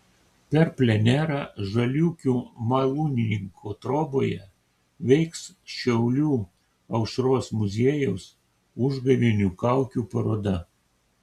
per plenerą žaliūkių malūnininko troboje veiks šiaulių aušros muziejaus užgavėnių kaukių paroda